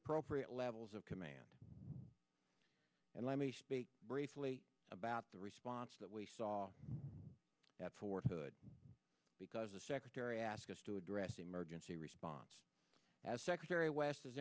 appropriate levels of command and let me speak briefly about the response that we saw at fort hood because the secretary asked us to address the emergency response as secretary west has